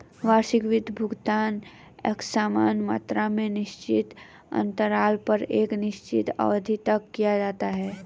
वार्षिक वित्त भुगतान एकसमान मात्रा में निश्चित अन्तराल पर एक निश्चित अवधि तक किया जाता है